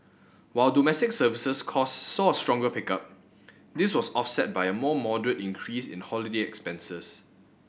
while domestic services cost saw a stronger pickup this was offset by a more moderate increase in holiday expenses